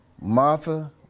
Martha